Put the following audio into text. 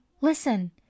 Listen